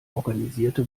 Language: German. organisierte